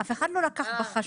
אף אחד לא לקח בחשבון